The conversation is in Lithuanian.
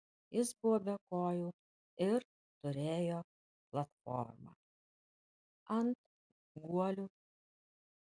jis buvo be kojų ir turėjo platformą ant guolių